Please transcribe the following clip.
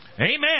Amen